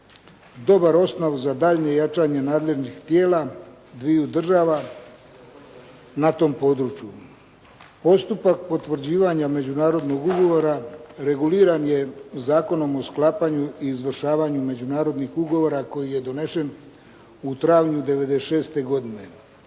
dobar osnov za daljnje jačanje nadležnih tijela dviju država na tom području. Postupak potvrđivanja međunarodnog ugovora reguliran je Zakonom o sklapanju i izvršavanju međunarodnih ugovora koji je donesen u travnju '96. godine.